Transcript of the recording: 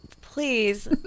please